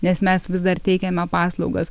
nes mes vis dar teikiame paslaugas